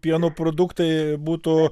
pieno produktai būtų